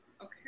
Okay